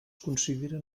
consideren